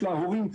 של ההורים,